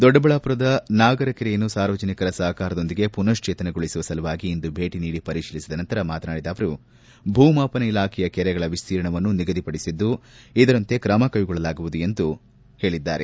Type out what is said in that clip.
ದೊಡ್ಡಬಳ್ಳಾಪುರದ ನಾಗರ ಕೆರೆಯನ್ನು ಸಾರ್ವಜನಿಕರ ಸಪಕಾರದೊಂದಿಗೆ ಪುನಶ್ವೇತನಗೊಳಿಸುವ ಸಲುವಾಗಿ ಇಂದು ಭೇಟಿ ನೀಡಿ ಪರಿತೀಲಿಸಿದ ನಂತರ ಮಾತನಾಡಿದ ಅವರು ಭೂಮಾಪನ ಇಲಾಖೆಯ ಕೆರೆಗಳ ವಿಶ್ವೀರ್ಣವನ್ನು ನಿಗದಿ ಪಡಿಸಿದ್ದು ಇದರಂತೆ ಕ್ರಮ ಕೈಗೊಳ್ಳಲಾಗುವುದು ಎಂದು ಜಿಲ್ಲಾಧಿಕಾರಿ ಕರೀಗೌಡ ಹೇಳಿದರು